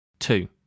Two